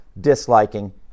disliking